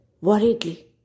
worriedly